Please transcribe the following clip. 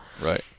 Right